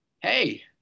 hey